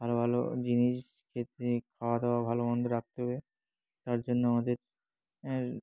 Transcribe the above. ভালো ভালো জিনিস খেতে খাওয়া দাওয়া ভালো মন্দ রাখতে হবে তার জন্য আমাদের